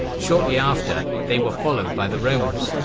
shortly after, they were followed by the romans.